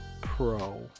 Pro